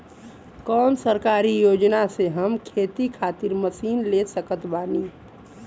कौन सरकारी योजना से हम खेती खातिर मशीन ले सकत बानी?